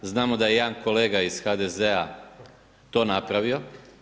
Znamo da je jedan kolega iz HDZ-a to napravio.